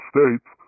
States